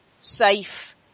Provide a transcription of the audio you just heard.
safe